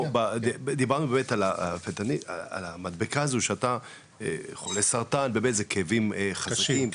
דיברנו באמת על המדבקה הזו שאתה חולה סרטן וזה כאבים חזקים,